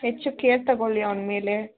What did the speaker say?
ಹೆಚ್ಚು ಕೇರ್ ತೊಗೊಳ್ಳಿ ಅವ್ನ ಮೇಲೆ